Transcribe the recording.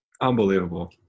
Unbelievable